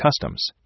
customs